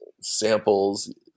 samples